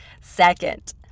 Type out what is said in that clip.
Second